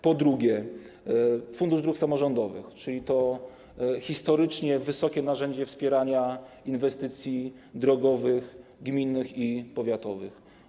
Po drugie, Fundusz Dróg Samorządowych, czyli to historycznie wysokie narzędzie wspierania inwestycji drogowych, gminnych i powiatowych.